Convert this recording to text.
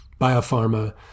biopharma